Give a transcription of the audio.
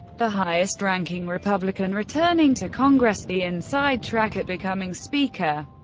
the highest-ranking republican returning to congress, the inside track at becoming speaker.